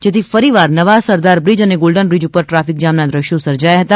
જેથી ફરીવાર નવા સરદાર બ્રીજ અને ગોલ્ડન બ્રીજ પર ટ્રાફિકજામના દ્રશ્યો સર્જાયા હતા